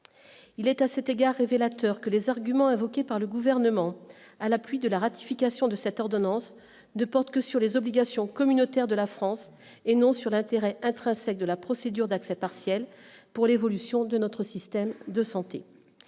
il est à cet égard révélateur que les arguments invoqués par le gouvernement à l'appui de la ratification de cette ordonnance de porte que sur les obligations communautaires de la France et non sur l'intérêt intrinsèque de la procédure d'accès partiel pour l'évolution de notre système de santé